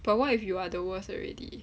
but what if you are the worst already